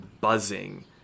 buzzing